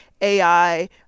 AI